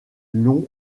long